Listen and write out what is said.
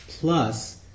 Plus